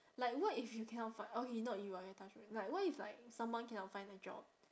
like what if you cannot fi~ okay not you ah touch wood like what if like someone cannot find a job